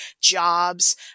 jobs